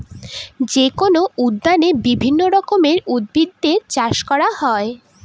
যেকোনো উদ্যানে বিভিন্ন রকমের উদ্ভিদের চাষ করা হয়